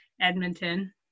Edmonton